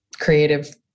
creative